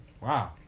wow